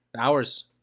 Hours